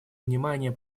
внимание